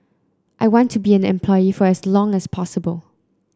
I want to be an employee for as long as possible